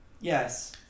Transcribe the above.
Yes